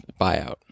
buyout